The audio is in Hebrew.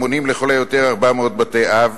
המונים לכל היותר 400 בתי-אב,